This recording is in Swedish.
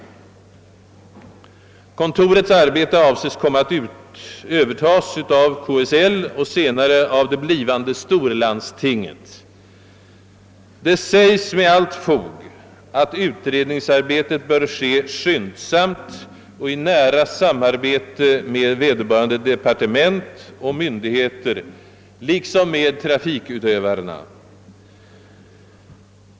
Kontorets arbete avses komma att övertas av KSL och senare av det blivande storlandstinget. Det sägs med allt fog att utredningsarbetet bör bedrivas snabbt och i nära samarbete med vederbörande departement och myndigheter liksom med trafikutövarna.